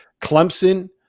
Clemson